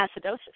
acidosis